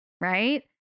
Right